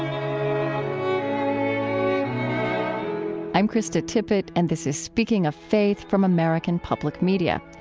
um i'm krista tippett. and this is speaking of faith from american public media.